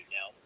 Now